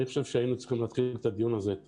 אני חושב שהיינו צריכים להתחיל את הדיון הזה עם